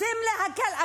רוצים להקל עליו.